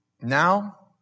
Now